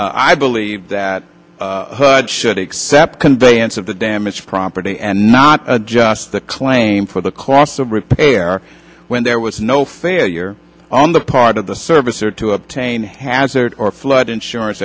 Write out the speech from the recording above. i believe that should except conveyance of the damage property and not just the claim for the cost of repair when there was no failure on the part of the service or to obtain hazard or flood insurance